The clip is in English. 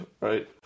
Right